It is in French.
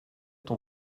ton